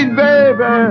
baby